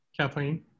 Kathleen